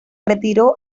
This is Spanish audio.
retiró